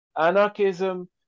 Anarchism